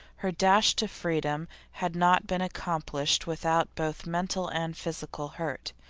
her dash to freedom had not been accomplished without both mental and physical hurt.